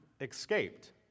escaped